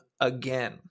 again